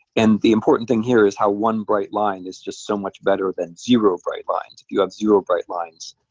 and the important thing here is how one bright line is just so much better than zero bright lines. if you have zero bright lines,